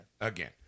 again